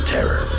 Terror